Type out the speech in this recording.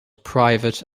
private